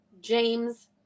James